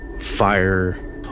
fire